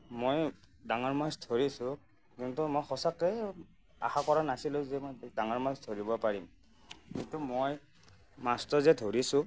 মই ডাঙৰ মাছ ধৰিছোঁ কিন্তু মই সঁচাকৈ আশা কৰা নাছিলোঁ যে মই ডাঙৰ মাছ ধৰিব পাৰিম সেইটো মই মাছটো যে ধৰিছোঁ